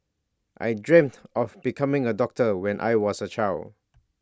I dreamt of becoming A doctor when I was A child